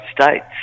States